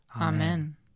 Amen